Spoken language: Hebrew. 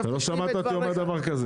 לא שמעת אותי אומר דבר כזה.